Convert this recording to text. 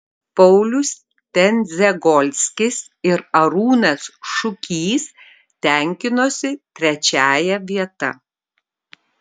paulius tendzegolskis ir arūnas šukys tenkinosi trečiąja vieta